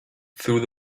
through